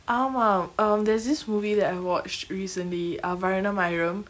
ஆமாம்:aamam um there's this movie that I watched recently uh vaaranamayiram